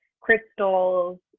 crystals